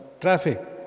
traffic